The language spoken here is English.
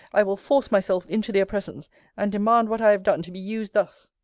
i will force myself into their presence and demand what i have done to be used thus!